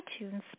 iTunes